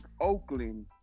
Oakland